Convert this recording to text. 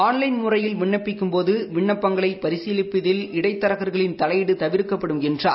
online முறையில் விண்ணப்பிக்கும்போது விண்ணப்பங்களை பரிசீலிப்பதில் இடைத்தரகர்களின் தலையீடு தவிர்க்கப்படும் என்றார்